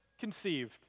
conceived